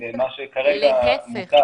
מה שכרגע מותר